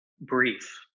brief